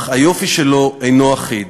אך היופי שלו אינו אחיד,